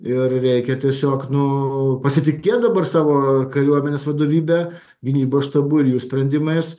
ir reikia tiesiog nu pasitikėt dabar savo kariuomenės vadovybe gynybos štabu ir jų sprendimais